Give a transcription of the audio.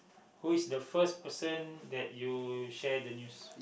who is the first person that you share the news